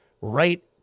right